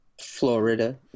Florida